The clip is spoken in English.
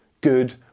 good